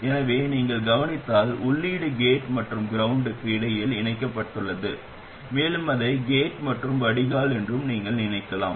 எனவே நீங்கள் கவனித்தால் உள்ளீடு கேட் மற்றும் கிரவுண்டுக்கு இடையில் இணைக்கப்பட்டுள்ளது மேலும் அதை கேட் மற்றும் வடிகால் என்றும் நீங்கள் நினைக்கலாம்